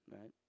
right